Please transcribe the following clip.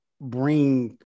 bring